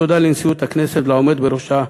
תודה לנשיאות הכנסת ולעומד בראשה,